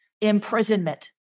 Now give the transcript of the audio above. imprisonment